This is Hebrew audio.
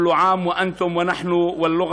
(אומר בעברית: כל שנה אתם ואנחנו והשפה